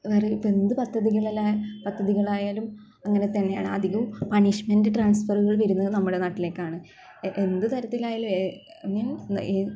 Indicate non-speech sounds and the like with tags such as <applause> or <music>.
വേറെ ഇപ്പം എന്ത് പദ്ധതികളിലാ പദ്ധതികളായാലും അങ്ങനെ തന്നെയാണ് അധികവും പണിഷ്മെന്റ് ട്രാൻസ്ഫെറുകൾ വരുന്നത് നമ്മുടെ നാട്ടിലേക്കാണ് എന്ത് തരത്തിലായാലും <unintelligible>